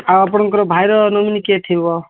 ଆଉ ଆପଣଙ୍କର ଭାଇର ନୋମିନି କିଏ ଥିବ